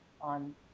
on